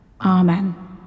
Amen